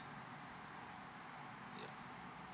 ya